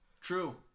True